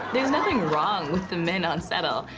there's nothing wrong with the men on settl.